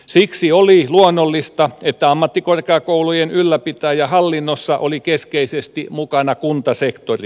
siksi oli luonnollista että ammattikorkeakoulujen ylläpitäjähallinnossa oli keskeisesti mukana kuntasektori